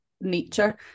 nature